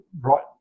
right